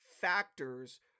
factors